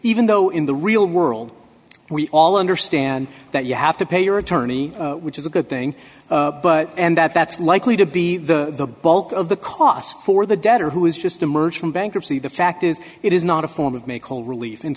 even though in the real world we all understand that you have to pay your attorney which is a good thing but and that that's likely to be the bulk of the cost for the debtor who has just emerged from bankruptcy the fact is it is not a form of make whole relief and